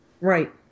Right